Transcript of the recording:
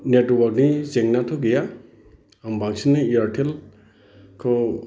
net अवार्कनि जेंनाथ' गैया आं बांसिनै इयारटेलखौ